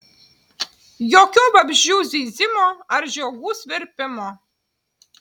jokio vabzdžių zyzimo ar žiogų svirpimo